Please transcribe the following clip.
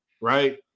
right